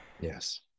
Yes